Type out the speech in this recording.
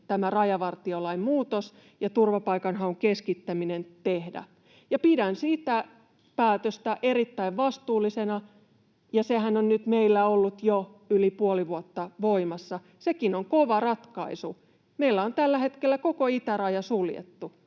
tämä rajavartiolain muutos ja turvapaikanhaun keskittäminen tehdä. Ja pidän sitä päätöstä erittäin vastuullisena, ja sehän on nyt meillä ollut jo yli puoli vuotta voimassa. Sekin on kova ratkaisu. Meillä on tällä hetkellä koko itäraja suljettu